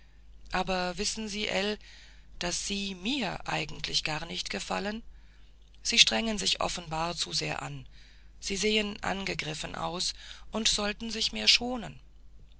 aber wissen sie ell daß sie mir eigentlich gar nicht gefallen sie strengen sich offenbar zu sehr an sie sehen angegriffen aus und sollten sich mehr schonen